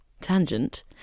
tangent